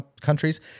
countries